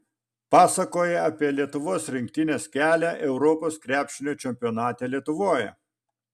pasakoja apie lietuvos rinktinės kelią europos krepšinio čempionate lietuvoje